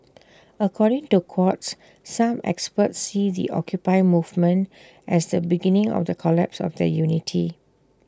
according to Quartz some experts see the occupy movement as the beginning of the collapse of their unity